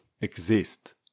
exist